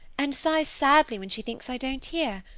and sighs sadly when she thinks i don't hear.